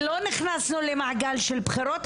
לא נכנסנו למעגל של בחירות,